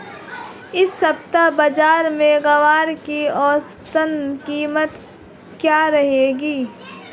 इस सप्ताह बाज़ार में ग्वार की औसतन कीमत क्या रहेगी?